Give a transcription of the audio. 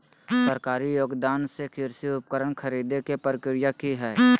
सरकारी योगदान से कृषि उपकरण खरीदे के प्रक्रिया की हय?